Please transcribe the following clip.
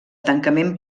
tancament